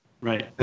right